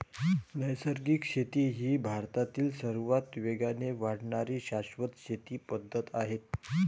नैसर्गिक शेती ही भारतातील सर्वात वेगाने वाढणारी शाश्वत शेती पद्धत आहे